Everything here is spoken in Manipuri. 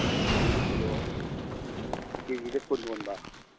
ꯀꯣꯕꯤꯗ ꯀꯤꯂꯣ ꯀꯦꯖꯤꯗ ꯀꯨꯟ ꯑꯣꯟꯕ